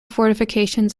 fortifications